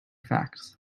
facts